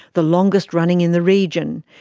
the longest running in the region,